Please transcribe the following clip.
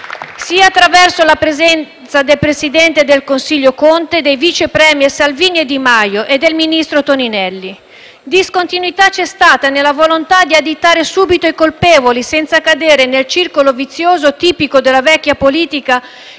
sia attraverso la presenza del presidente del Consiglio Conte, dei vice premier Salvini e Di Maio e del ministro Toninelli. Discontinuità c’è stata nella volontà di additare subito i colpevoli, senza cadere nel circolo vizioso tipico della vecchia politica